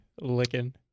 Licking